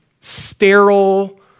sterile